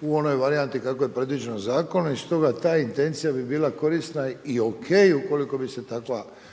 u onoj varijanti kako je predviđeno zakonom. I stoga ta intencija bi bila korisna i ok ukoliko bi se takva prihvatila.